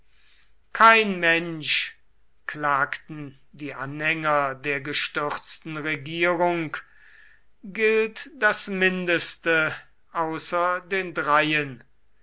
kein mensch klagten die anhänger der gestürzten regierung gilt das mindeste außer den dreien